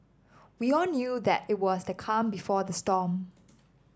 we all knew that it was the calm before the storm